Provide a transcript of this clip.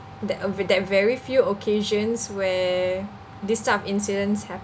that a v~ that very few occasions where this type of incidents happen